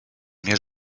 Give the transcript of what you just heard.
мир